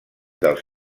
dels